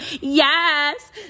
yes